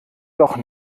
doch